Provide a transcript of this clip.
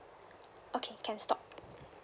okay can stop